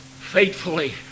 faithfully